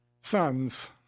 son's